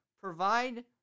provide